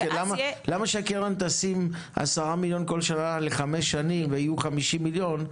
למה שהקרן תשים 10 מיליון כל שנה לחמש שנים ויהיו 50 מיליון,